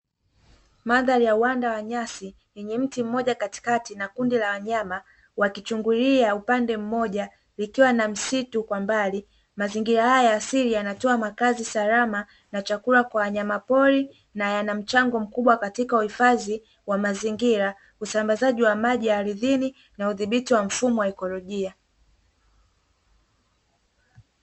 Mandhari ya uwanda wa nyasi yenye mti mmoja katikati na kundi la wanyama wakichungulia upande mmoja likiwa na msitu kwa mbali, mazingira haya ya asili yanatoa makazi salama na chakula kwa wanyamapori na yana mchango mkubwa katika uhifadhi wa mazingira, usambazaji wa maji ardhini na udhibiti wa mfumo wa ikolojia.